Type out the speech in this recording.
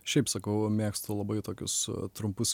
šiaip sakau mėgstu labai tokius trumpus